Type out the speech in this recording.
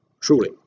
Truly